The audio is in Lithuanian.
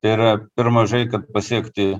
tai yra per mažai kad pasiekti